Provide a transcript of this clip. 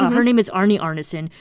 um her name is arnie arnesen.